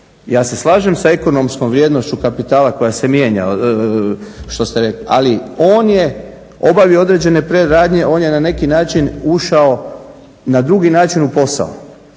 ja se slažem sa ekonomskom vrijednošću kapitala koja se mijenja što ste rekli, ali on je obavio određene predradnje, on je na neki način ušao na drugi način u posao.